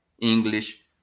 English